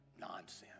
nonsense